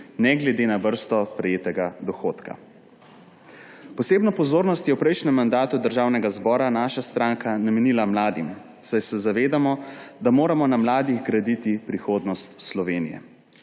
ne glede na vrsto prejetega dohodka. Posebno pozornost je v prejšnjem mandatu državnega zbora naša stranka namenila mladim, saj se zavedamo, da moramo na mladih graditi prihodnost Slovenije.